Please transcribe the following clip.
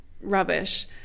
rubbish